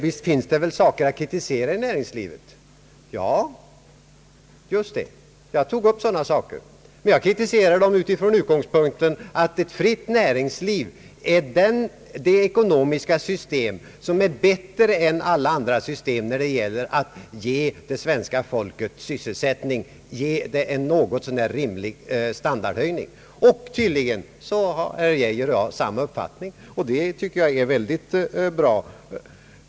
Visst finns det saker att kritisera i näringslivet. Ja, just det! Jag tog upp några sådana saker. Jag kritiserade dem från utgångspunkten, att ett fritt näringsliv är det ekonomiska system som är bättre än alla andra system, när det gäller att ge svenska folket sysselsättning och en något så när rimlig standardhöjning. Tydligen har herr Geijer och jag samma uppfattning på denna punkt, och det tycker jag är mycket bra.